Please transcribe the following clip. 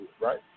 right